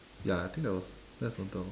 ya I think that was that's the only thing